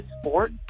sport